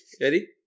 ready